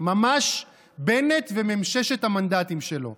ממש בנט וממששת המנדטים שלו.